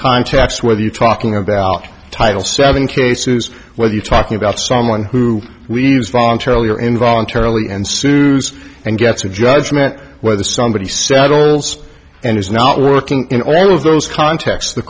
context whether you're talking about title seven cases whether you're talking about someone who we use voluntarily or involuntarily and sues and gets a judgment whether somebody saddles and is not working in all of those contexts the